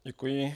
Děkuji.